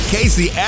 Casey